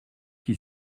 qui